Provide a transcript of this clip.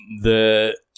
the-